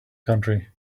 country